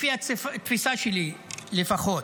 לפי התפיסה שלי לפחות.